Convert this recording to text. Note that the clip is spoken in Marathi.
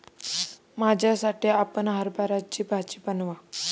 माझ्यासाठी आपण हरभऱ्याची भाजी बनवा